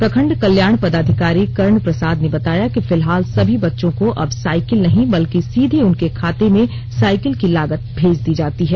प्रखंड कल्याण पदाधिकारी पदाधिकारी कर्ण प्रसाद ने बताया कि फिलहाल सभी बच्चो को अब साइकिल नहीं बल्कि सीधे उनके खाते में साईकिल की लागत मेज दी जाती है